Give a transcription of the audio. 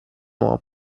uomo